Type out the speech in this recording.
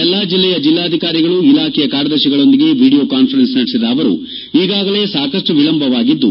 ಎಲ್ಲಾ ಜಿಲ್ಲೆಯ ಜಿಲ್ಲಾಧಿಕಾರಿಗಳು ಇಲಾಖೆಯ ಕಾರ್ಯದರ್ಶಿಗಳೊಂದಿಗೆ ವಿಡಿಯೋ ಕಾನ್ಫರೆನ್ಸ್ ನಡೆಸಿದ ಅವರು ಈಗಾಗಲೇ ಸಾಕಷ್ಟು ವಿಳಂಬವಾಗಿದ್ದು